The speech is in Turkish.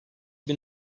bin